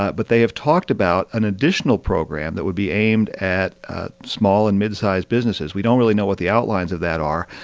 but they have talked about an additional program that would be aimed at small and midsized businesses. we don't really know what the outlines of that are.